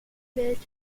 welt